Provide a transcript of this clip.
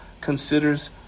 considers